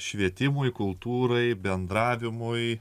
švietimui kultūrai bendravimui